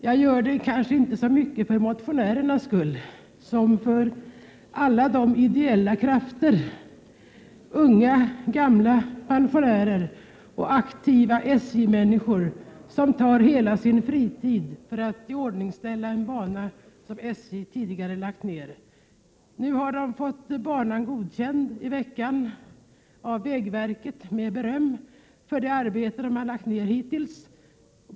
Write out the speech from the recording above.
Jag gör det kanske inte så mycket för motionärernas skull som för alla de ideella krafters — unga, gamla, pensionärer och aktiva SJ-människor — som tar hela sin fritid i anspråk för att iordningställa en bana som SJ tidigare lagt ned. I veckan har de fått banan godkänd av vägverket, med beröm för det arbete de har lagt ner.